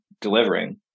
delivering